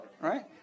right